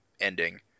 ending